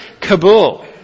Kabul